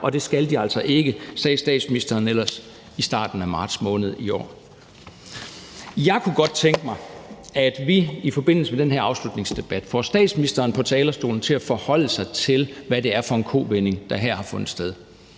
Og det skal de altså ikke, sagde statsministeren ellers i starten af marts måned i år. Jeg kunne godt tænke mig, at vi i forbindelse med den her afslutningsdebat får statsministeren på talerstolen for at forholde sig til, hvad det er for en kovending, der her har fundet sted;